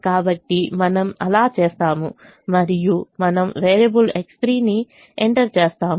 కాబట్టి మనము అలా చేస్తాము మరియు మనము వేరియబుల్ X3 ను ఎంటర్ చేస్తాము